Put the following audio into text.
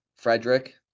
Frederick